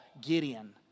Gideon